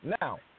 Now